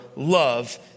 Love